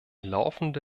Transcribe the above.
laufende